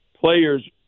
players